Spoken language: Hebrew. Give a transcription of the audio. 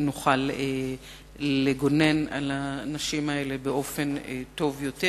נוכל לגונן על הנשים האלה באופן טוב יותר